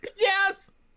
Yes